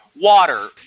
Water